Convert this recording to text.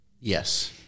Yes